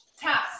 tap